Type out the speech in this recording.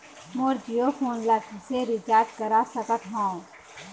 मोर Jio phone ला किसे recharge करा सकत हवं?